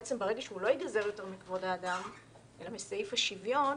ברגע שהוא לא ייגזר יותר מכבוד האדם אלא מסעיף השוויון,